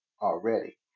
already